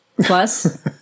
Plus